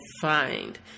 find